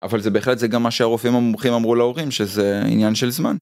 אבל זה בהחלט זה גם מה שהרופאים המומחים אמרו להורים שזה עניין של זמן.